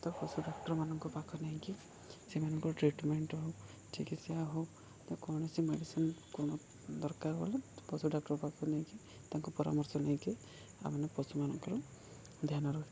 ତ ପଶୁ ଡାକ୍ତରମାନଙ୍କ ପାଖ ନେଇକି ସେମାନଙ୍କର ଟ୍ରିଟମେଣ୍ଟ ହଉ ଚିକିତ୍ସା ହଉ ତ କୌଣସି ମେଡ଼ିସିନ କ'ଣ ଦରକାର ଗଲେ ପଶୁ ଡାକ୍ଟର ପାଖକୁ ନେଇକି ତାଙ୍କୁ ପରାମର୍ଶ ନେଇକି ଆଉ ମାନେ ପଶୁମାନଙ୍କର ଧ୍ୟାନ ରଖିଥାଉ